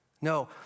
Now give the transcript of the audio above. No